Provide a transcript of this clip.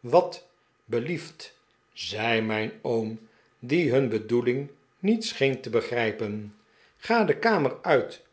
wat belief t zei mijn oom die hun bedoeling niet scheen te begrijpen ga de kamer uit